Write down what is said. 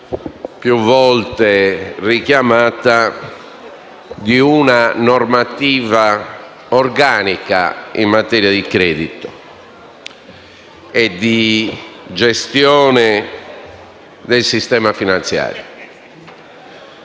più volte richiamata, di una normativa organica in materia di credito e di gestione del sistema finanziario.